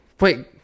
wait